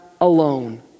alone